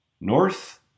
north